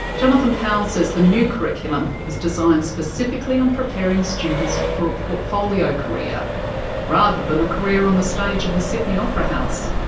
jonathan powles says the new curriculum is designed specifically on preparing students for a portfolio career rather than a career on the stage of the sydney opera house.